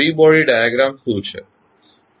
free body diagram શું છે